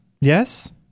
Yes